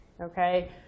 Okay